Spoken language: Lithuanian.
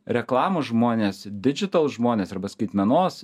reklamos žmonės ir didžital žmonės arba skaitmenos